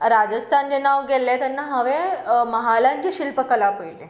राजस्थान जेन्ना हांव गेल्लें हांवें म्हत्वाची शिल्पकला पळयल्लें